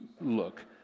look